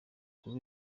kuri